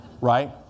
right